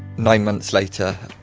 nine months later,